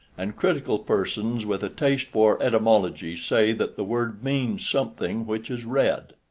and critical persons with a taste for etymology say that the word means something which is read.